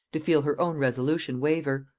to feel her own resolution waver.